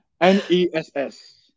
N-E-S-S